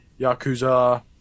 Yakuza